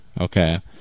okay